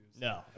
No